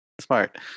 smart